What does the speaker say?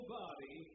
body